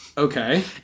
Okay